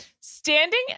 Standing